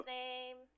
name